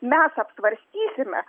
mes apsvarstysime